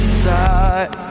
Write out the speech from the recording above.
side